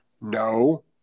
No